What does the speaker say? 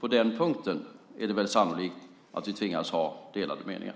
På den punkten är det väl sannolikt att vi tvingas ha delade meningar.